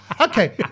Okay